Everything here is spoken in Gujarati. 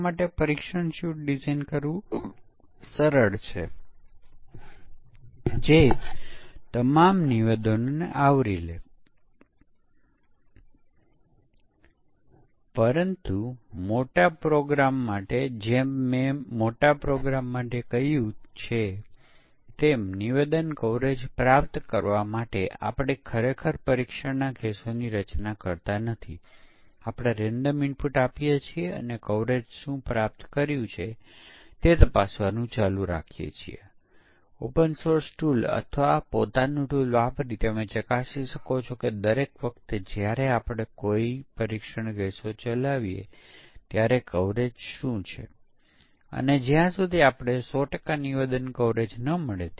તેથી પરીક્ષણ કેસની રચનામાં આપણું ઉદ્દેશ પરીક્ષણના કેસોનો સમૂહ ડિઝાઇન કરવાનો છે જે તમામ સંભવિત મૂલ્યો સાથે પરીક્ષણ કરવા જેટલો અસરકારક હોવો જોઈએ પરંતુ આપણે પરીક્ષણના કેસોની ઓછામાં ઓછી સંખ્યાનો ઉપયોગ કરવો જોઈએ